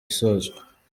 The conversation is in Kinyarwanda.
isozwa